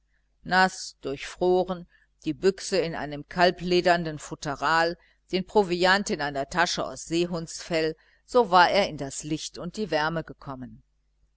naß durchfroren die büchse in einem kalbledernen futteral den proviant in einer tasche aus seehundsfell so war er in das licht und die wärme gekommen